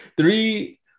three